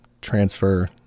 transfer